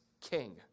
king